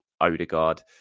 Odegaard